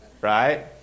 Right